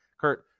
Kurt